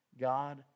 God